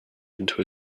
into